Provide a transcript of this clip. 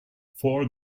four